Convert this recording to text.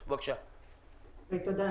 תודה.